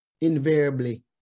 Invariably